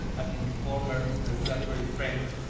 as in the former regulatory framework.